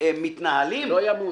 מתנהלים --- לא ימות,